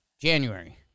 January